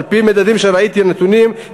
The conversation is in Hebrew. על-פי מדדים שראיתי ונתונים,